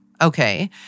okay